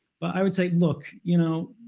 but i would say, look, you know